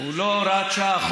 הוא לא הוראת שעה.